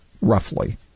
roughly